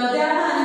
אתה יודע מה?